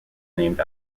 named